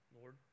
Lord